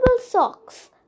socks